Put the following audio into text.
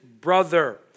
brother